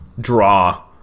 draw